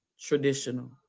traditional